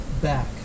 back